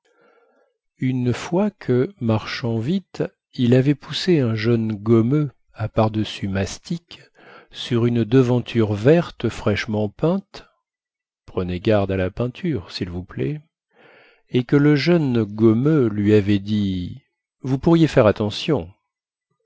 une fois que marchant vite il avait poussé un jeune gommeux à pardessus mastic sur une devanture verte fraîchement peinte prenez garde à la peinture s v p et que le jeune gommeux lui avait dit vous pourriez faire attention